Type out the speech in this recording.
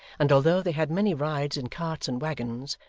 and although they had many rides in carts and waggons,